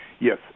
Yes